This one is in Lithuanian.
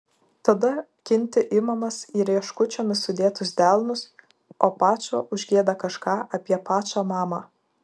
tada kinti imamas į rieškučiomis sudėtus delnus o pačo užgieda kažką apie pačą mamą